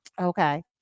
Okay